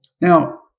Now